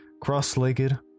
cross-legged